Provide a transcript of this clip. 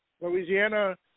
Louisiana